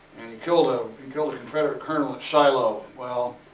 he killed a, he killed a confederate colonel at shiloh. well,